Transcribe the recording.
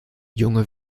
junge